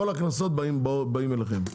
כל הקנסות באים אליכם.